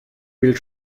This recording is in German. will